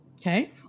Okay